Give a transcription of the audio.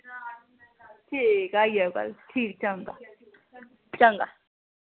ठीक ऐ आई जायो कल ठीक चंगा चंगा